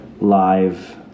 live